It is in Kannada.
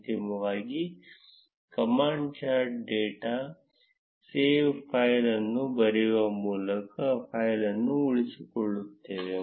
ಅಂತಿಮವಾಗಿ command chart dot save file ಅನ್ನು ಬರೆಯುವ ಮೂಲಕ ಫೈಲ್ ಅನ್ನು ಉಳಿಸಿಕೊಳ್ಳುತ್ತೇವೆ